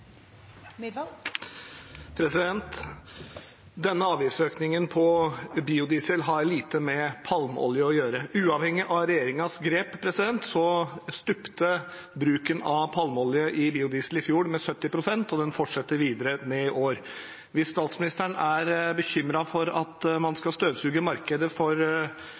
Denne avgiftsøkningen på biodiesel har lite med palmeolje å gjøre. Uavhengig av regjeringens grep stupte bruken av palmeolje i biodiesel i fjor med 70 pst., og den fortsetter videre ned i år. Hvis statsministeren er bekymret for at man skal støvsuge markedet for